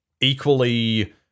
equally